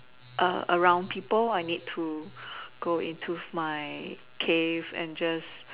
A around people I need to go into my cave and just